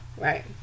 right